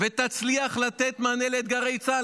ותצליח לתת מענה לאתגרי צה"ל,